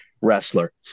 wrestler